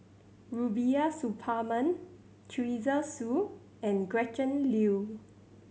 Rubiah Suparman Teresa Hsu and Gretchen Liu